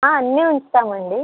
అన్నీ ఉంచుతామండి